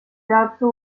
dazu